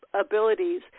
abilities